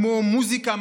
כמו מוזיקה,